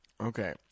okay